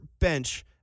bench